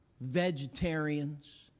vegetarians